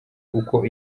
uko